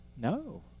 No